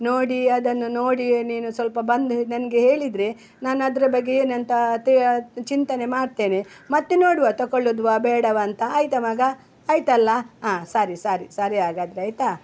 ನೋಡಿ ಅದನ್ನು ನೋಡಿಯೇ ನೀನು ಸ್ವಲ್ಪ ಬಂದು ನನಗೆ ಹೇಳಿದರೆ ನಾನು ಅದರ ಬಗ್ಗೆ ಏನಂತ ಚಿಂತನೆ ಮಾಡ್ತೇನೆ ಮತ್ತೆ ನೋಡುವ ತೊಕೊಳ್ಳುದಾ ಬೇಡವಾ ಅಂತ ಆಯ್ತಾ ಮಗ ಆಯಿತಲ್ಲ ಹಾಂ ಸರಿ ಸರಿ ಸರಿ ಹಾಗಾದ್ರೆ ಆಯಿತಾ